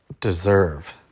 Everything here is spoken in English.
deserve